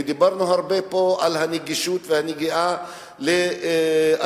ודיברנו פה הרבה על הנגישות והנגיעה לאלימות.